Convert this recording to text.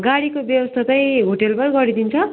गाडीको व्यवस्था चाहिँ होटेलमा गरिदिन्छ